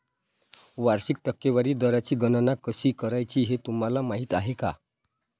वार्षिक टक्केवारी दराची गणना कशी करायची हे तुम्हाला माहिती आहे का?